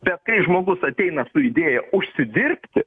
bet kai žmogus ateina su idėja užsidirbti